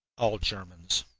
all germans.